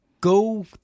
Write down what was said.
go